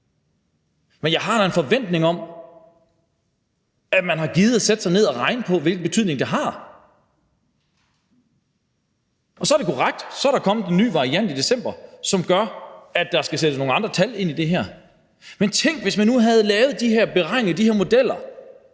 Men jeg har da en forventning om, at man har gidet at sætte sig ned og regne på, hvilken betydning det har. Så er det korrekt, at der er kommet en ny variant i december, som gør, at der skal sættes nogle andre tal ind i det her. Men tænk, hvis man nu havde lavet de her beregninger, de her